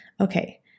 Okay